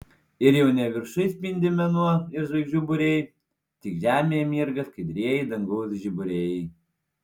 ir jau ne viršuj spindi mėnuo ir žvaigždžių būriai tik žemėje mirga skaidrieji dangaus žiburiai